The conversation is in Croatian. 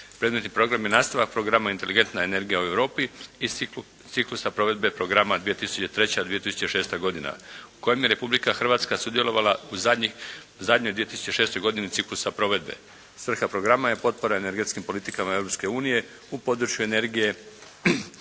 Predmetni program je nastavak Programa "Inteligentna energija u Europi" iz ciklusa provede programa 2003.-2006. godina u kojem je Republika Hrvatska sudjelovala u zadnje 2006. godini ciklusa provedbe. Svrha programa je potpora energetskim politikama Europske unije